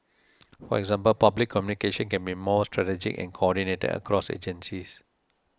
for example public communication can be more strategic and coordinated across agencies